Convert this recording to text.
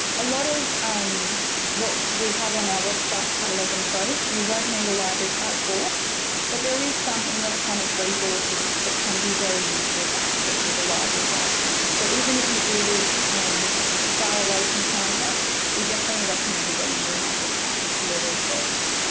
a lot of um what we have on our website catalogue and trove you won't need a library card for but there is some electronic resources that can be very useful to access with a library card so even if you do live far away from canberra we definitely recommend getting a library card for your research.